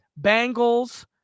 Bengals